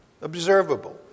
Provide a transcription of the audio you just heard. Observable